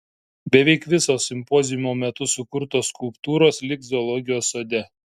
beveik visos simpoziumo metu sukurtos skulptūros liks zoologijos sode